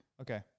Okay